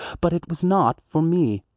but it was not for me.